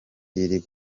iri